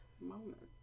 moments